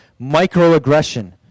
microaggression